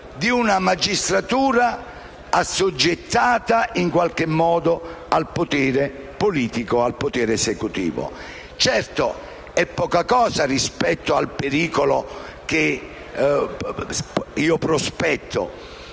di una magistratura assoggettata in qualche modo al potere politico ed esecutivo. Certo, è poca cosa rispetto al pericolo che io prospetto,